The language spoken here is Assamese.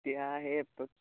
এতিয়া সেই